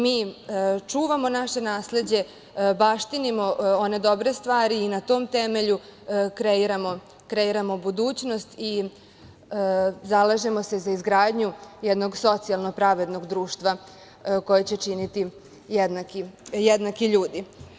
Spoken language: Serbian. Mi čuvamo naše nasleđe, baštinimo one dobre stvari i na tom temelju kreiramo budućnost i zalažemo se za izgradnju jednog socijalno pravednog društva koje će činiti jednaki ljudi.